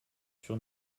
sur